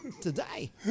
today